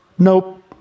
nope